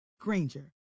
Granger